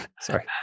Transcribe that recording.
sorry